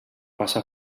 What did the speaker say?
passa